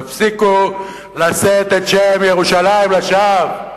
תפסיקו לשאת את שם ירושלים לשווא.